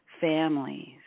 families